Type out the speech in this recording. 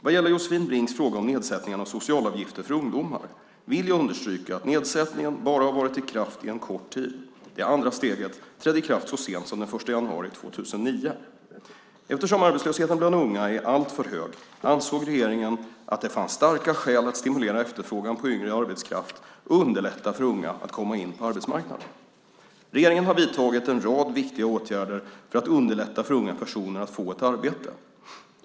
Vad gäller Josefin Brinks fråga om nedsättningen av socialavgifter för ungdomar vill jag understryka att nedsättningen bara har varit i kraft en kort tid - det andra steget trädde i kraft så sent som den 1 januari 2009. Eftersom arbetslösheten bland unga är alltför hög ansåg regeringen att det fanns starka skäl att stimulera efterfrågan på yngre arbetskraft och underlätta för unga att komma in på arbetsmarknaden. Regeringen har vidtagit en rad viktiga åtgärder för att underlätta för unga personer att få ett arbete.